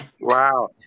Wow